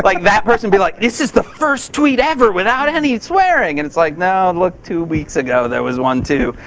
like that person would be like, this is the first tweet ever without any swearing. and it's like, no, look. two weeks ago there was one, too.